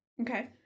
Okay